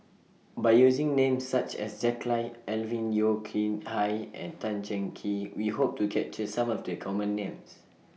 By using Names such as Jack Lai Alvin Yeo Khirn Hai and Tan Cheng Kee We Hope to capture Some of The Common Names